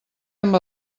amb